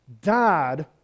died